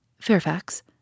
Fairfax